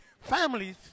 Families